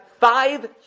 five